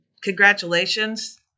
congratulations